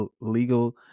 legal